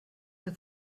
der